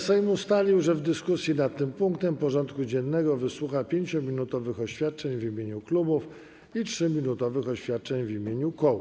Sejm ustalił, że w dyskusji nad tym punktem porządku dziennego wysłucha 5-minutowych oświadczeń w imieniu klubów i 3-minutowych oświadczeń w imieniu kół.